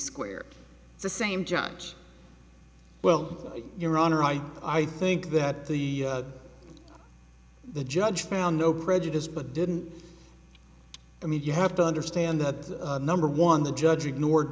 squared the same judge well your honor i i think that the the judge found no prejudice but didn't i mean you have to understand that number one the judge ignored